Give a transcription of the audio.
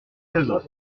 gazost